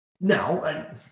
Now